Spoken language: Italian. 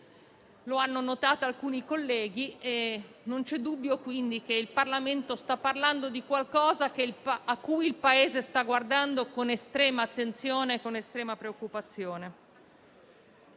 Lo hanno notato alcuni colleghi e non c'è dubbio, quindi, che il Parlamento stia parlando di qualcosa cui il Paese guarda con estrema attenzione e preoccupazione.